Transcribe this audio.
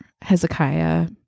Hezekiah